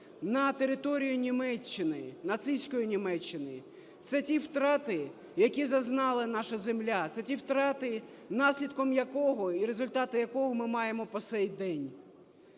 на територію Німеччини, нацистської Німеччини – це ті втрати, які зазнала наша земля, це ті втрати, наслідком якого і результати якого ми маємо по сей день.